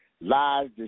lies